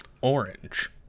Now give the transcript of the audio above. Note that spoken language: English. Orange